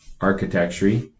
architecture